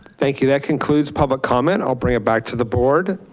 thank you, that concludes public comment. i'll bring it back to the board.